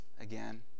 again